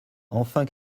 enfin